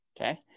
Okay